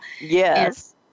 yes